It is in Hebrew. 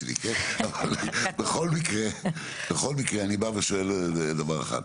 בכל מקרה אני שואל דבר אחד.